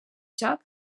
joc